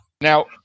Now